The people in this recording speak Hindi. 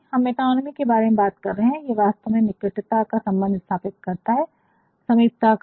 तो हम मेटोनिमी के बारे में बात कर रहे है ये वास्तव में निकटता का सम्बन्ध स्थपित करता है समीपता का